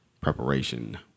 preparation